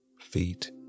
feet